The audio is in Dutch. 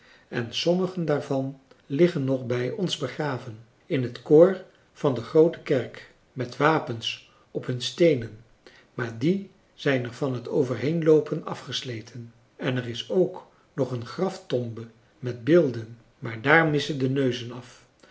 en sommigen daarvan liggen nog bij ons begraven in het koor van de groote kerk met wapens op hun steenen maar die zijn er van het overheenloopen afgesleten en er is ook nog een graftombe met beelden maar daar missen de neuzen af